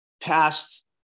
past